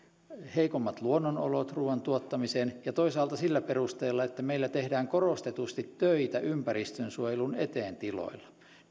heikommat luonnonolot ruuan tuottamiseen ja toisaalta sillä perusteella että meillä tehdään korostetusti töitä ympäristönsuojelun eteen tiloilla